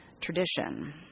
tradition